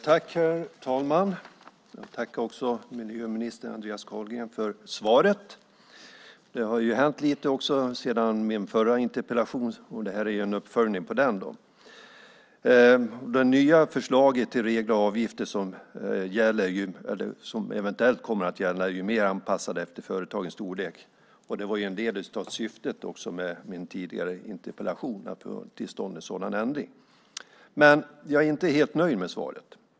Herr talman! Tack miljöminister Andreas Carlgren för svaret! Det har hänt lite grann sedan min förra interpellation, och detta är en uppföljning av den. Det nya förslaget till regler och avgifter som eventuellt kommer att gälla är mer anpassat efter företagens storlek, och att få till stånd en sådan ändring var en del av syftet med min tidigare interpellation. Jag är dock inte helt nöjd med svaret.